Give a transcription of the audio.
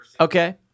Okay